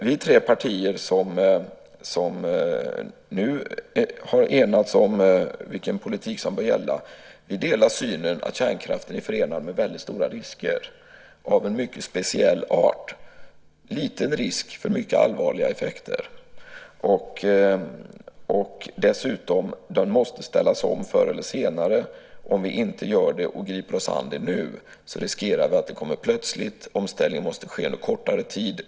Vi tre partier som nu har enats om vilken politik som bör gälla delar synen att kärnkraften är förenad med väldigt stora risker av en mycket speciell art. Det är en liten risk för mycket allvarliga effekter. Dessutom måste den ställas om förr eller senare. Om vi inte gör det och griper oss an det nu riskerar vi att det kommer plötsligt och att omställningen måste ske under kortare tid.